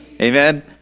Amen